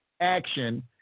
action